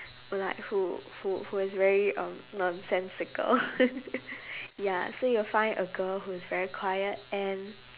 who like who who who is very um nonsensical ya so you will find a girl who is very quiet and